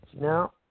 No